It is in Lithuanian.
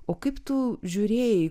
o kaip tu žiūrėjai